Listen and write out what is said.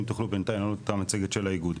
אם תוכלו בינתיים להראות את המצגת של האיגוד.